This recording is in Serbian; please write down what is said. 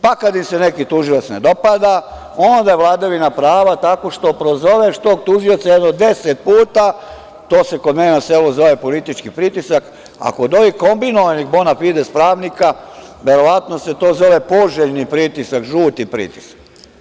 Pa, kad im se neki tužilac ne dopada, onda vladavina prava tako što prozoveš tog tužioca jedno deset puta, to se kod mene na selu zove politički pritisak, a kod ovih kombinovanih „Bonafides“ pravnika verovatno se to zove poželjni pritisak, žuti pritisak.